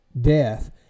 death